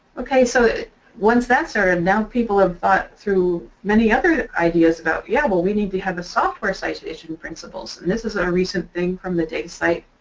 okay, so once that's started ah now people have thought through many other ideas about, yeah, well we need to have a software citation principles. this is ah a recent thing from the data site,